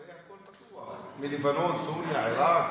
הרי הכול היה פתוח, מלבנון, סוריה, עיראק.